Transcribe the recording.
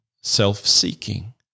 self-seeking